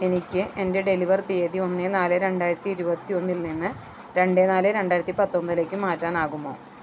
എനിക്ക് എന്റെ ഡെലിവർ തീയതി ഒന്ന് നാല് രണ്ടായിരത്തി ഇരുപത്തി ഒന്നിൽ നിന്ന് രണ്ട് നാല് രണ്ടായിരത്തി പത്തൊമ്പതിലേക്ക് മാറ്റാനാകുമൊ